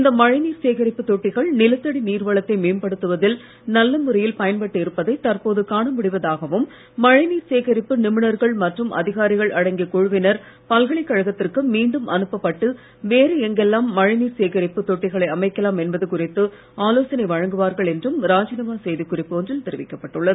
இந்த மழை நீர் சேகரிப்பு தொட்டிகள் நிலத்தடி நீர்வளத்தை மேம்படுத்துவதில் நல்ல முறையில் பயன்பட்டு இருப்பதை தற்போது காண முடிவதாகவும் மழைநீர் சேகரிப்பு நிபுணர்கள் மற்றும் அதிகாரிகள் அடங்கிய குழுவினர் பல்கலைக்கழகத்திற்கு மீண்டும் அனுப்பப்பட்டு வேறு எங்கெல்லாம் மழைநீர் சேகரிப்பு தொட்டிகளை அமைக்கலாம் என்பது குறித்து ஆலோசனை வழங்குவார்கள் என்றும் ராஜ்நிவாஸ் செய்திக்குறிப்பு ஒன்றில் தெரிவிக்கப்பட்டுள்ளது